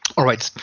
all right.